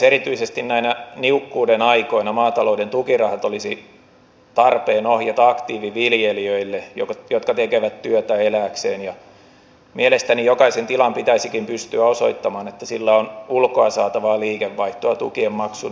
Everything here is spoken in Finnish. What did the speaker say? erityisesti näinä niukkuuden aikoina maatalouden tukirahat olisi tarpeen ohjata aktiiviviljelijöille jotka tekevät työtä elääkseen ja mielestäni jokaisen tilan pitäisikin pystyä osoittamaan että sillä on ulkoa saatavaa liikevaihtoa tukien maksun edellytyksenä